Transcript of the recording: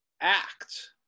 act